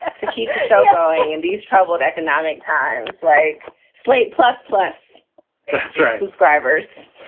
ah to keep the show going in these troubled economic times like slate plus plus subscribers